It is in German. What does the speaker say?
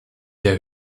der